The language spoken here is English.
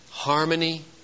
Harmony